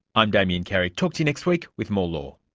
i'm damien carrick, talk to you next week with more law